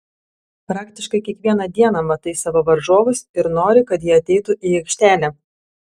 praktiškai kiekvieną dieną matai savo varžovus ir nori kad jie ateitų į aikštelę